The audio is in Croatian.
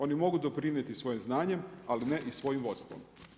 Oni mogu doprinijeti svojim znanjem, ali ne i svojim vodstvom.